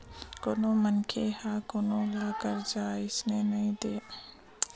कोनो मनखे ह कोनो ल करजा अइसने नइ दे देवय बरोबर मनखे के ईमान के बारे म परखथे चार झन ल पूछथे तब कहूँ जा के ओला उधारी देथे